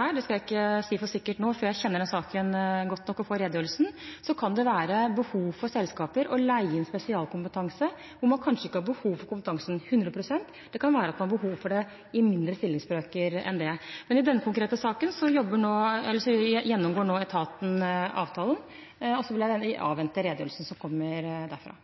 skal jeg ikke si det for sikkert nå, før jeg kjenner den saken godt nok og får redegjørelsen – være behov for selskaper å leie inn spesialkompetanse der man kanskje ikke har behov for kompetansen hundre prosent, men man har behov for det i mindre stillingsbrøker enn det. Men i denne konkrete saken gjennomgår nå etaten avtalen, og jeg vil avvente redegjørelsen som kommer derfra.